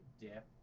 dip